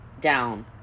down